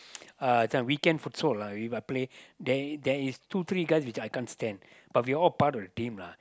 uh this one weekend futsal we might play there there is two three guys which I can't stand but we all part of the team lah